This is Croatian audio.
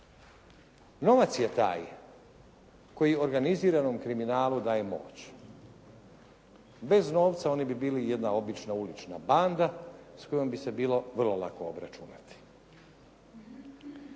Novaca je taj koji organiziranom kriminalu daje moć, bez novca oni bi bili jedna obična ulična banda s kojom bi se bilo vrlo lako obračunati.